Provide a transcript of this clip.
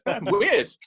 weird